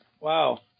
Wow